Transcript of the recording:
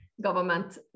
government